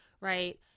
right